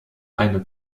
eine